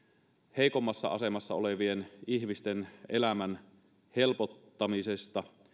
heikommassa asemassa olevien ihmisten elämän helpottamisesta